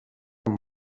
amb